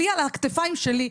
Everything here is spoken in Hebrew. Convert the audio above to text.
לי על הכתפיים שלי,